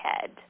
head